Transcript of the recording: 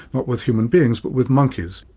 not with human beings but with monkeys.